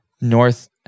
North